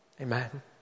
Amen